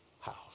house